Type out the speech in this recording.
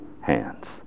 hands